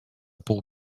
pół